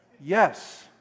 Yes